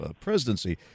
presidency